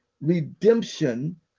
redemption